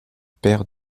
père